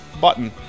button